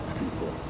people